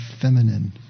feminine